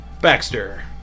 Baxter